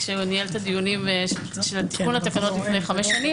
כשהוא ניהל את הדיונים של תיקון התקנות לפני חמש שנים,